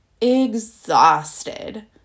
Exhausted